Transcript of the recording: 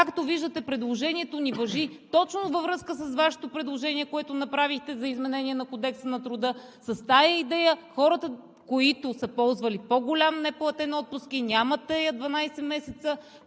Както виждате, предложението ни важи точно във връзка с Вашето предложение, което направихте за изменение на Кодекса на труда с тази идея, хората, които са ползвали по-голям неплатен отпуск и нямат тези 12 месеца,